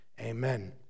Amen